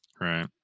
Right